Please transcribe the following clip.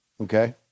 okay